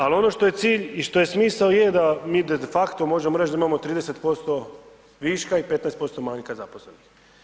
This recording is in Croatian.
Ali ono što je cilj i što je smisao je da mi de facto možemo reći da imamo 30% viška i 15% manjka zaposlenih.